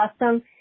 awesome